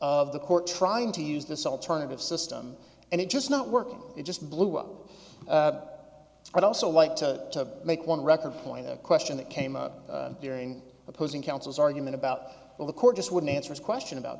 of the court trying to use this alternative system and it just not working it just blew up i'd also like to make one record point a question that came out during opposing councils argument about well the court just wouldn't answer the question about